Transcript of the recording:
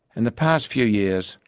in the past few years,